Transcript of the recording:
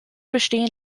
bestehen